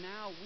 Now